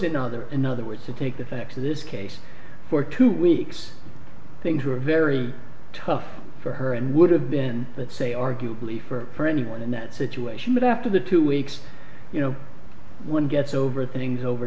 in other in other words to take the facts of this case for two weeks things were very tough for her and would have been let's say arguably for anyone in that situation but after the two weeks you know one gets over things over